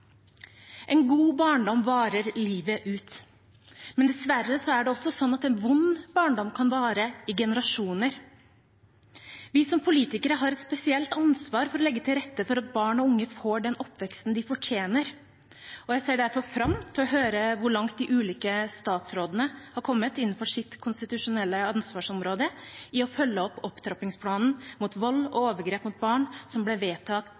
En god barndom varer livet ut. Men dessverre er det også sånn at en vond barndom kan vare i generasjoner. Vi som politikere har et spesielt ansvar for å legge til rette for at barn og unge får den oppveksten de fortjener. Og jeg ser derfor fram til å høre hvor langt de ulike statsrådene har kommet innenfor sitt konstitusjonelle ansvarsområde i å følge opp Opptrappingsplan mot vold og overgrep mot barn, som ble vedtatt